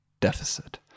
deficit